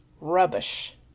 rubbish